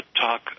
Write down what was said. talk